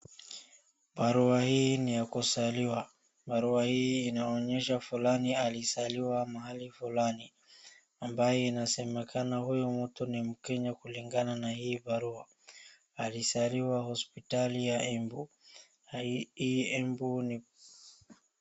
Barua hii ni ya kuzaliwa. Barua hii inaonyesha fulani alizaliwa mahali fulani ambayo inasema huyu mtu ni mkenya kulingana na hii barua. Alizaliwa hospitali ya Embu na hii Embu ni